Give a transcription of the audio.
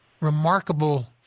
remarkable